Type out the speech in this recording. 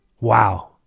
wow